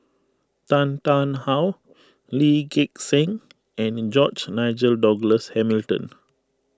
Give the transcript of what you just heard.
Tan Tarn How Lee Gek Seng and George Nigel Douglas Hamilton